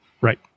Right